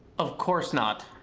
of course not.